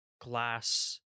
glass